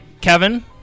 Kevin